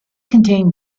contained